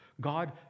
God